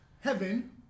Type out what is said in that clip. Heaven